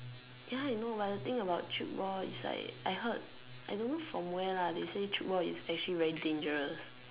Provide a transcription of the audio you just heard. ya I know but the thing about trade war is like I heard I don't know from where lah they say trade war is actually very dangerous